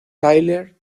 tyler